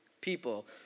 people